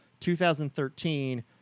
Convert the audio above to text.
2013